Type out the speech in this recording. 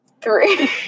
three